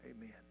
Amen